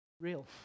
real